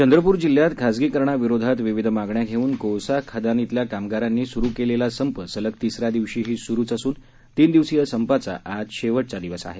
चंद्रपूर जिल्ह्यात खासगीकरणाविरोधात विविध मागण्या घेऊन कोळसा खदानीतल्या कामगारांनी सुरु केलेला संप सलग तिसऱ्या दिवशीही सुरूच असून तीन दिवसीय संपाचा आजचा शेवटचा दिवस आहे